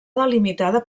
delimitada